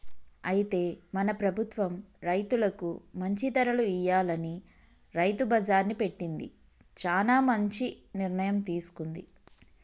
అయితే మన ప్రభుత్వం రైతులకు మంచి ధరలు ఇయ్యాలని రైతు బజార్ని పెట్టింది చానా మంచి నిర్ణయం తీసుకుంది